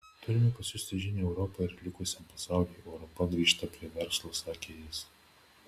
turime pasiųsti žinią europai ir likusiam pasauliui europa grįžta prie verslo sakė jis